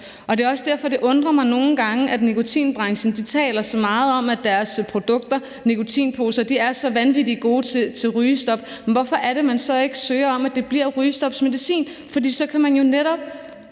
Det er også derfor, det nogle gange undrer mig, at nikotinbranchen taler så meget om, at deres produkter, nikotinposer, er så vanvittig gode i forbindelse med rygestop. Hvorfor er det, man så ikke søger om, at det bliver rygestopmedicin? For så kan man jo netop